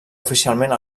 oficialment